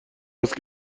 است